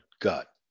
gut